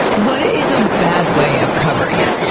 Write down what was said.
what is a bad way of covering it?